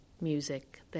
music